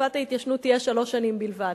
תקופת ההתיישנות תהיה שלוש שנים בלבד.